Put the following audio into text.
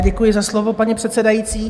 Děkuji za slovo, paní předsedající.